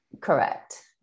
Correct